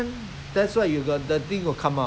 of course lah I mean because